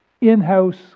in-house